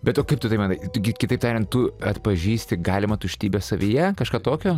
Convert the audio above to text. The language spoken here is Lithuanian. bet o kaip tu taip manai tu gi kitaip tariant tu atpažįsti galima tuštybę savyje kažką tokio